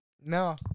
No